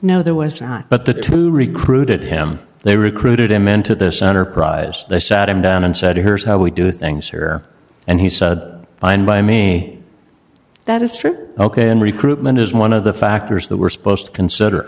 not but the two recruited him they recruited him into this enterprise they sat him down and said here's how we do things here and he said fine by me that is true ok and recruitment is one of the factors that we're supposed to consider